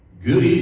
good